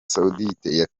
saoudite